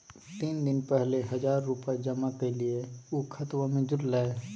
तीन दिन पहले हजार रूपा जमा कैलिये, ऊ खतबा में जुरले?